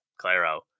claro